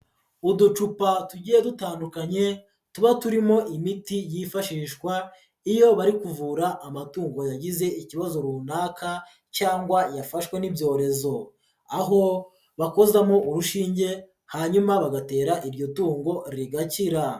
Uducupa tugiye dutandukanye tuba turimo imiti yifashishwa iyo bari kuvura amatungo yagize ikibazo runaka cyangwa yafashwe n'ibyorezo, aho bakozamo urushinge hanyuma bagatera iryo tungo rigakira.